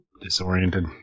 Disoriented